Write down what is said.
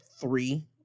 three